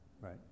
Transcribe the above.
right